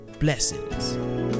blessings